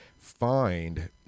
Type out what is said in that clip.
find